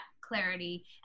clarity